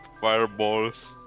fireballs